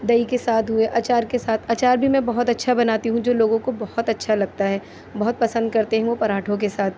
دہی کے ساتھ ہوئے اچار کے ساتھ اچار بھی میں بہت اچھا بناتی ہوں جو لوگوں کو بہت اچھا لگتا ہے بہت پسند کرتے ہیں وہ پراٹھوں کے ساتھ